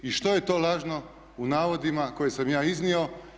I što je to lažno u navodima koje sam ja iznio?